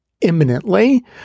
imminently